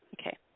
Okay